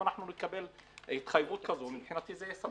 אם נקבל התחייבות כזאת אותי זה יספק.